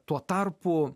tuo tarpu